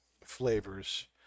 flavors